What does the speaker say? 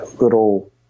little